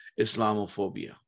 Islamophobia